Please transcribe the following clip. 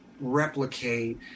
replicate